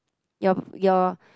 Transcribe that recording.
your your